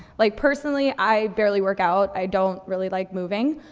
like, personally, i barely work out. i don't really like moving.